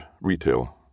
Retail